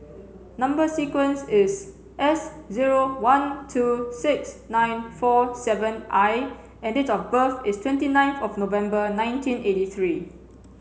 number sequence is S zero one two six nine four seven I and date of birth is twenty ninth of November nineteen eighty three